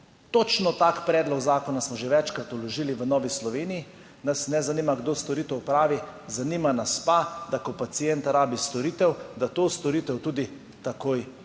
Točno tak predlog zakona smo že večkrat vložili v Novi Sloveniji. Nas ne zanima, kdo storitev opravi, zanima nas pa, da ko pacient rabi storitev, da to storitev tudi takoj dobi.